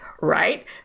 right